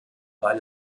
weil